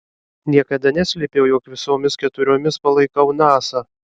niekada neslėpiau jog visomis keturiomis palaikau nasa